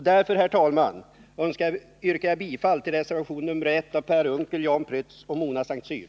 Därför, herr talman, yrkar jag bifall till reservationen 1 av Per Unckel, Jan Prytz och Mona S:t Cyr.